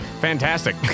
Fantastic